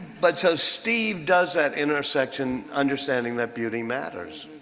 but so steve does that intersection understanding that beauty matters.